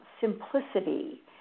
simplicity